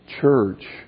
church